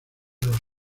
los